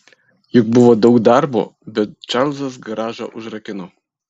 juk buvo daug darbo bet čarlzas garažą užrakino